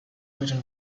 written